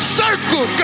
circle